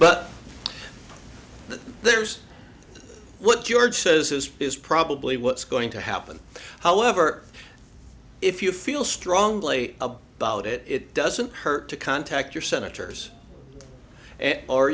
that there's what george says this is probably what's going to happen however if you feel strongly about it it doesn't hurt to contact your senators and or